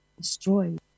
destroyed